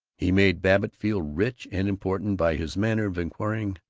he made babbitt feel rich and important by his manner of inquiring,